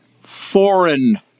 foreign